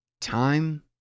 Time